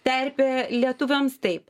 terpė lietuviams taip